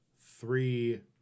three